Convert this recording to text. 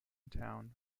town